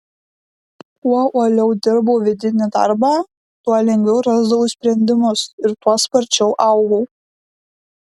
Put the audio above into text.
kuo uoliau dirbau vidinį darbą tuo lengviau rasdavau sprendimus ir tuo sparčiau augau